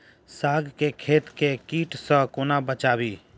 साग केँ खेत केँ कीट सऽ कोना बचाबी?